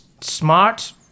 smart